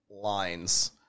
Lines